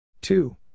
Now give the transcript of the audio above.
two